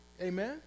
Amen